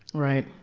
right.